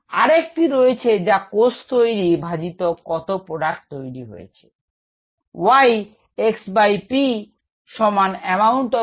আর একটি রয়েছে যা কোষ তৈরি ভাজিতক কত প্রোডাক্ট তৈরি হএছে